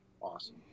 Awesome